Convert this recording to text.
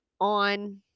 on